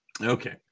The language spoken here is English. Okay